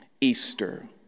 Easter